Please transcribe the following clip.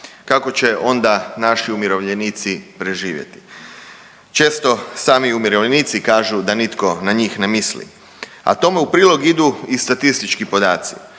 Kako će onda naši umirovljenici preživjeti? Često sami umirovljenici kažu da nitko na njih ne misli, a tome u prilog idu i statistički podaci.